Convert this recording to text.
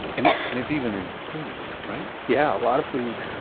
and it's even in food, right? yeah. a lot of food,